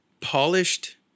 polished